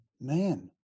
man